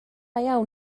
iawn